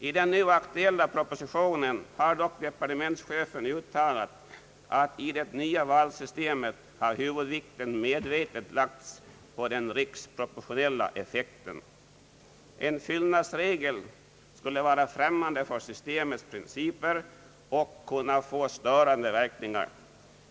I den nu aktuella propositionen har dock departementschefen uttalat att huvudvikten i det nya valsystemet medvetet lagts på den riksproportionella effekten. En fyllnadsregel skulle vara främmande för systemets principer och kunna få störande verkningar.